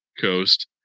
coast